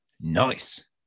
Nice